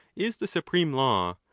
is the supreme law,